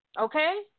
Okay